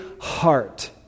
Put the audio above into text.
heart